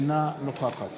אינה נוכחת